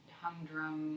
humdrum